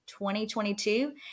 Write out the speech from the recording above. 2022